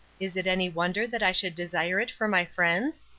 is it any wonder that i should desire it for my friends?